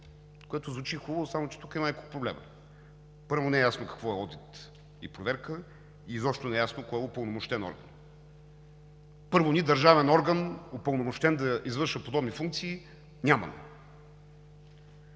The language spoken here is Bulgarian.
което звучи хубаво, само че тук има няколко проблема. Първо, не е ясно какво е одит и проверка и изобщо не е ясно кой е упълномощен орган. Ние държавен орган, упълномощен да извършва подобни функции, нямаме.